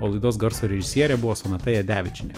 o laidos garso režisierė buvo sonata jadevičienė